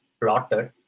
plotted